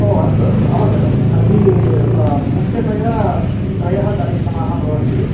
ओ अस्तु अस्तु अवगतम् तर्हि अ मुख्यतया त्रयः कार्यक्रमाः इति भवन्ति